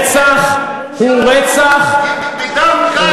שרצחו בדם קר ילדים ונשים,